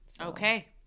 Okay